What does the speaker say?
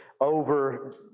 over